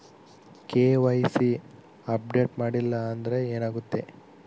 KYC update ಮಾಡಿಲ್ಲ ಅಂದ್ರೆ ಏನಾಗುತ್ತೆ?